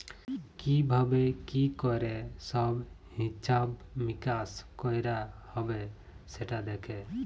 কি ভাবে কি ক্যরে সব হিছাব মিকাশ কয়রা হ্যবে সেটা দ্যাখে